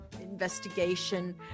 investigation